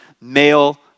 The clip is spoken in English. male